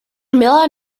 miller